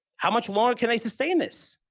how much longer can i sustain this?